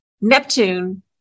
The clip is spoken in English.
Neptune